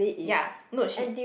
ya no she